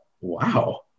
wow